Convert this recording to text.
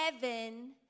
heaven